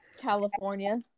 california